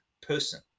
person